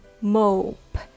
mope